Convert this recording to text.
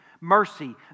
mercy